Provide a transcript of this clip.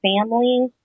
family